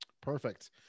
Perfect